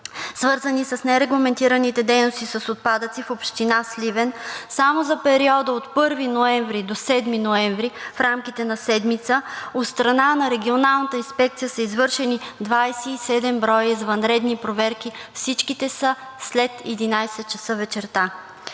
свързани с нерегламентираните дейности с отпадъци в община Сливен, само за периода от 1 ноември – 7 ноември, в рамките на седмица, от страна на Регионалната инспекция са извършени 27 броя извънредни проверки, всичките са след 11,00 ч вечерта.